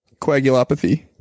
Coagulopathy